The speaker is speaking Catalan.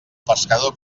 pescador